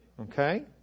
okay